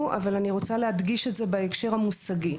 אבל אני רוצה להדגיש את זה בהקשר המושגי.